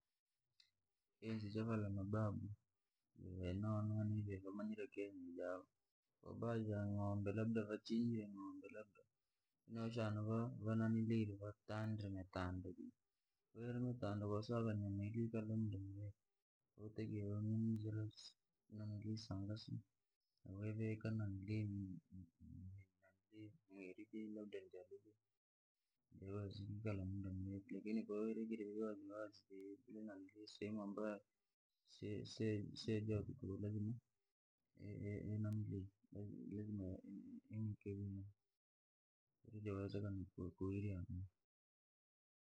Enzi javala mababu, javenonaa vamanyire vamnyire kenyi mujava, obajang'ombe labda vachinje ng'ombe laba, vasinjire fiushane va naniliire vatandre matunda. Kwahiyo yaramatunda kosowavikire sangasa, siyari kii kala muda mulihi vavika mweri kowavikire sehemu yene isina irutira.